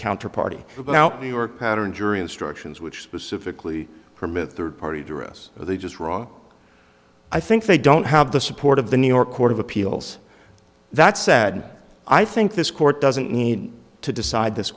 counterparty new york pattern jury instructions which specifically from a third party dress are they just wrong i think they don't have the support of the new york court of appeals that said i think this court doesn't need to decide this